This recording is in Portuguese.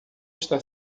está